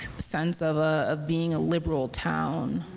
sense of ah of being a liberal town.